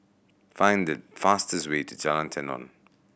find the fastest way to Jalan Tenon